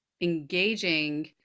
engaging